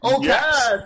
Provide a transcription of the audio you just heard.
Yes